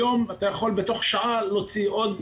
היום אתה יכול בתוך שעה להוציא עוד,